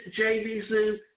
JVZoo